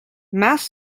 mass